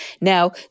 Now